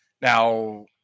Now